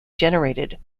generated